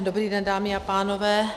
Dobrý den, dámy a pánové.